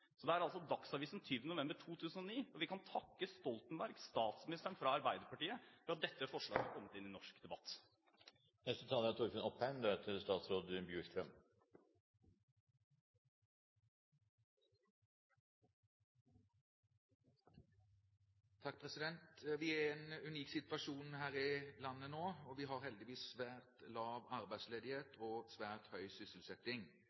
Så det er altså Dagsavisen den 20. november 2009, og vi kan takke Jens Stoltenberg, statsministeren fra Arbeiderpartiet, for at dette forslaget er kommet inn i norsk debatt. Vi er i en unik situasjon her i landet nå, og vi har heldigvis svært lav arbeidsledighet og svært høy sysselsetting.